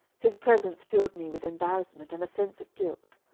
his presence filled me with embarrassment and a sense of guilt.